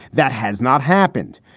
that has not happened.